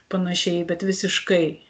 panašiai bet visiškai